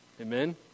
Amen